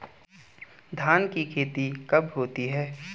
धान की खेती कब होती है?